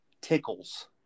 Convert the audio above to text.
tickles